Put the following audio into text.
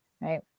Right